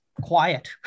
quiet